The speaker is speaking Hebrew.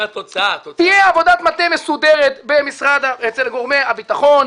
תהיה עבודת מטה מסודרת אצל גורמי הביטחון,